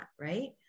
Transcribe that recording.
right